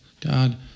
God